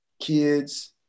kids